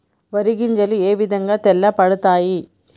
వరి గింజలు ఏ విధంగా తెల్ల పడతాయి?